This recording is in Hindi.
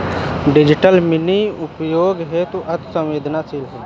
डिजिटल मनी उपयोग हेतु अति सवेंदनशील है